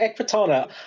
Ekpatana